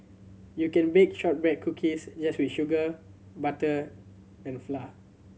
you can bake shortbread cookies just with sugar butter and flour